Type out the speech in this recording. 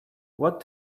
what